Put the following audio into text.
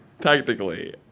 technically